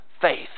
faith